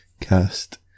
cast